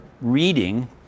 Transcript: reading